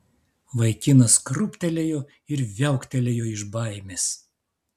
vaikinas krūptelėjo ir viauktelėjo iš baimės